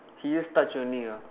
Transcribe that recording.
he just touch only ah